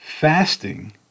fasting